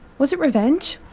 was it revenge?